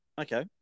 okay